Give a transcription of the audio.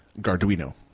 Garduino